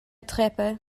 treppe